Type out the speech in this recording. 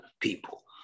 people